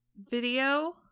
video